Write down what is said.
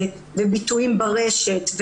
ביטויים ברשת,